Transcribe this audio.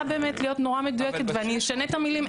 להיות נורא מדויקת ואני אשנה את המילים,